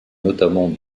notamment